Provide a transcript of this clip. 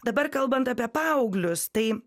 dabar kalbant apie paauglius tai